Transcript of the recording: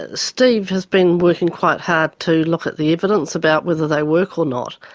ah steve has been working quite hard to look at the evidence about whether they work or not,